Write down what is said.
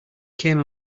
came